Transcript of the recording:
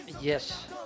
Yes